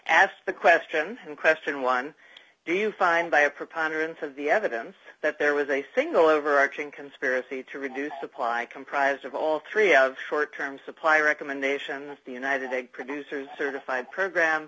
asked the question and question one do you find by a preponderance of the evidence that there was a single overarching conspiracy to reduce the plight comprised of all korea short term supply recommendation of the united egg producers certified program